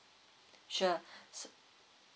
sure